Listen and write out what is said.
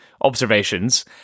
observations